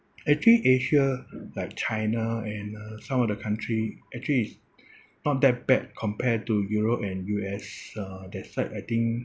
actually asia like china and uh some of the country actually is not that bad compared to europe and U_S uh that side I think